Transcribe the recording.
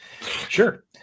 sure